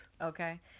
Okay